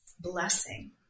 blessing